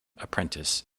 apprentice